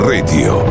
Radio